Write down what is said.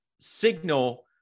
signal